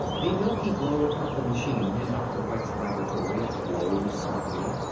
the milky globe atop the machine in dr. white's laboratory glowed softly,